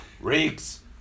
Riggs